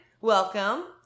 Welcome